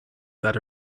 that